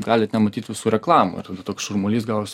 galit nematyt visų reklamų ir tada toks šurmulys gavos